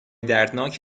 دردناک